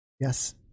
Yes